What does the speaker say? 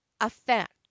affect